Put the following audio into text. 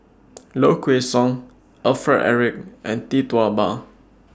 Low Kway Song Alfred Eric and Tee Tua Ba